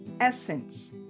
essence